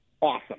awesome